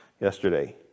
yesterday